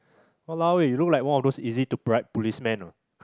!walao! eh you look like one of those easy to bribe policeman ah